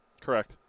Correct